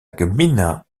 gmina